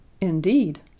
indeed